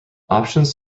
options